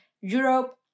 Europe